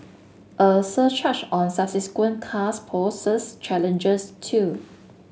a surcharge on subsequent cars poses challenges too